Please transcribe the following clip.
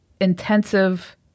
intensive